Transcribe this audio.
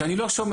שאני לא שומע.